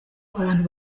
abantu